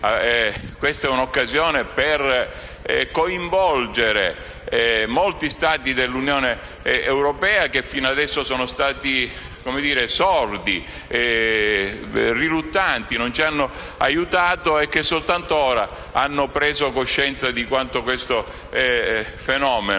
questa è un'occasione per coinvolgere molti Stati dell'Unione europea che fino ad ora sono stati sordi, riluttanti e non ci hanno aiutato e che soltanto ora hanno preso coscienza di quanto questo fenomeno